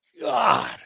God